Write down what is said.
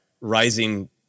rising